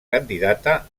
candidata